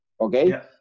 okay